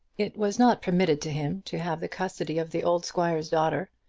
it was not permitted to him to have the custody of the old squire's daughter,